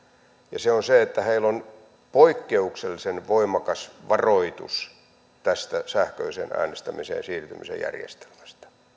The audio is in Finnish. ja se on se että heillä on poikkeuksellisen voimakas varoitus tästä sähköiseen äänestämiseen siirtymisen järjestelmästä